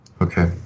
okay